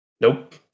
Nope